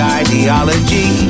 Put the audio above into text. ideology